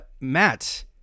matt